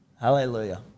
Hallelujah